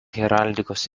heraldikos